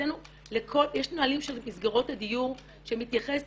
מבחינתנו יש נהלים של מסגרת הדיור שמתייחסים